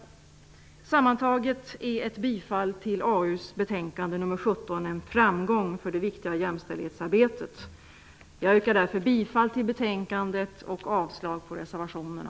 Sammantaget är ett bifall till hemställan i AU:s betänkande nr 17 en framgång för det viktiga jämställdhetsarbetet. Jag yrkar därför bifall till hemställan i betänkandet och avslag på reservationerna.